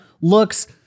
looks